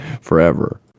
forever